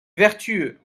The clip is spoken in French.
vertueux